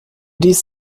dies